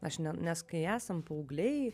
aš ne nes kai esam paaugliai